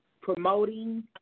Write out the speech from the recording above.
promoting